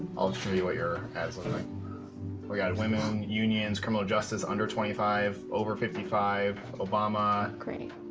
i'll show you what your ads got women, unions, criminal justice, under twenty five, over fifty five, obama. great.